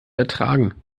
ertragen